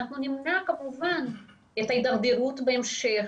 נמנע כמובן את ההידרדרות בהמשך.